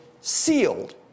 sealed